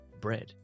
Bread